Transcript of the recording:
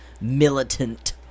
militant